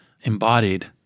embodied